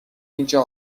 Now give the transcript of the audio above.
اینجا